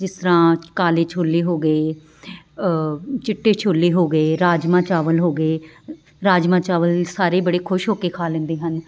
ਜਿਸ ਤਰ੍ਹਾਂ ਕਾਲੇ ਛੋਲੇ ਹੋ ਗਏ ਚਿੱਟੇ ਛੋਲੇ ਹੋ ਗਏ ਰਾਜਮਾਂਹ ਚਾਵਲ ਹੋ ਗਏ ਰਾਜਮਾਂਹ ਚਾਵਲ ਸਾਰੇ ਬੜੇ ਖੁਸ਼ ਹੋ ਕੇ ਖਾ ਲੈਂਦੇ ਹਨ